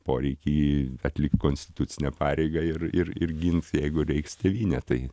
poreikį atlikt konstitucinę pareigą ir ir ir gins jeigu reiks tėvynę tai